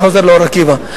אני חוזר לאור-עקיבא,